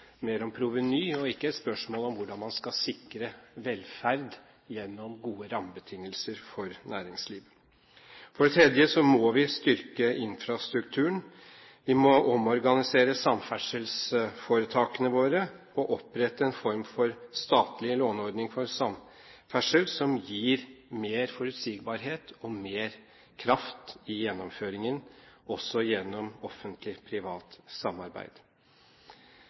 om proveny, ikke et spørsmål om hvordan man skal sikre velferd gjennom gode rammebetingelser for næringslivet. For det tredje må vi styrke infrastrukturen. Vi må omorganisere samferdselsforetakene våre og opprette en form for statlig låneordning for samferdsel, som gir mer forutsigbarhet og mer kraft i gjennomføringen, også gjennom Offentlig Privat Samarbeid.